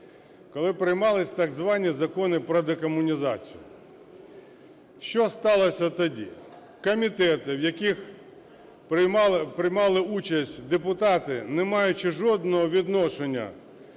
коли приймались так звані закони про декомунізацію. Що сталося тоді? Комітети, в яких приймали участь депутати, не маючи жодного відношення